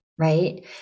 Right